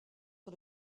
sur